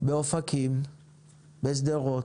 באופקים ובשדרות,